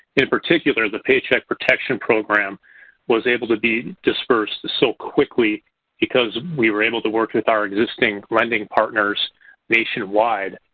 in particular, the paycheck protection program was able to be dispersed so quickly because we were able to work with our existing lending partners nationwide,